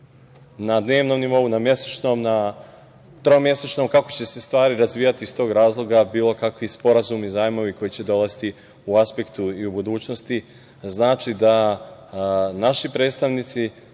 na dnevnom nivou, na mesečnom, na tromesečnom kako će se stvari razvijati. Iz tog razloga, bilo kakvi sporazumi, zajmovi koji će dolaziti u aspektu u budućnosti, znači da naši predstavnici